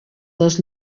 dels